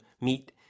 meet